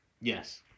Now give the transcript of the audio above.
Yes